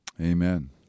Amen